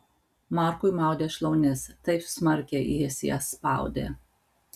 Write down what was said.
markui maudė šlaunis taip smarkiai jis jas spaudė